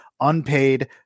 unpaid